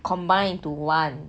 combined into one